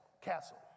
Castle